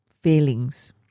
failings